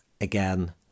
Again